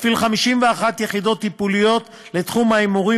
מפעיל 51 יחידות טיפוליות בתחום הימורים